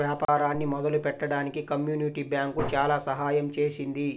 వ్యాపారాన్ని మొదలుపెట్టడానికి community bank చాలా సహాయం చేసింది